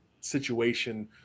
situation